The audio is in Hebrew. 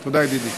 תודה, ידידי.